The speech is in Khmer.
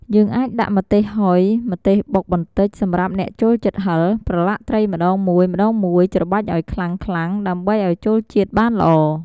យើងអាចដាក់ម្ទេសហុយ ម្ទេសបុកបន្តិចសម្រាប់អ្នកចូលចិត្តហឹរ ប្រឡាក់ត្រីម្ដងមួយៗច្របាច់ឱ្យខ្លាំងៗដើម្បីឱ្យចូលជាតិបានល្អ។